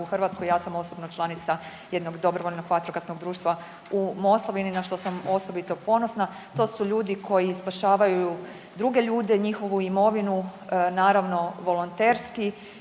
Ja sam osobno članica jednog dobrovoljnog vatrogasnog društva u Moslavini na što sam osobito ponosna. To su ljudi koji spašavaju druge ljude, njihovu imovinu, naravno volonterski,